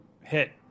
hit